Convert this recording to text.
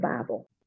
Bible